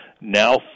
now